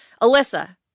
Alyssa